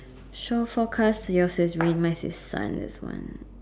shaw four cars yours is rain mine is sun this one